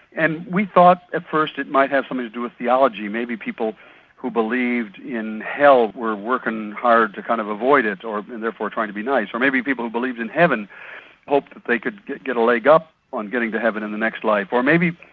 and we thought at first it might have something to do with theology, theology, maybe people who believed in hell were working hard to kind of avoid it, or. and therefore trying to be nice, or maybe people who believed in heaven hoped that they could get get a leg up on getting to heaven in the next life, or maybe.